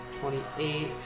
twenty-eight